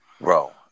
Bro